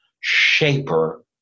shaper